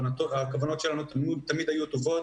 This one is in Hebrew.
הכוונות שלנו תמיד היו טובות.